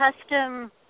custom